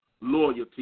loyalty